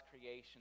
creation